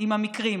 עם המקרים.